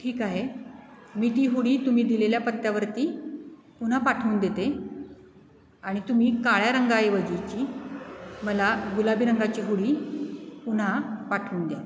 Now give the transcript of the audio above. ठीक आहे मी ती हुडी तुम्ही दिलेल्या पत्त्यावरती पुन्हा पाठवून देते आणि तुम्ही काळ्या रंगाऐवजी ची मला गुलाबी रंगाची हुडी पुन्हा पाठवून द्या